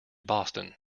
boston